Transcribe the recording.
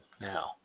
now